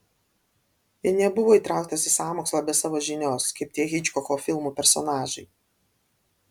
ir nebuvo įtrauktas į sąmokslą be savo žinios kaip tie hičkoko filmų personažai